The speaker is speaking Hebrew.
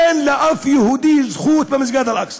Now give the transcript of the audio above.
אין לאף יהודי זכות במסגד אל-אקצא.